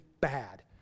bad